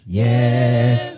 yes